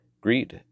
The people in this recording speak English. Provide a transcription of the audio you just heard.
Greet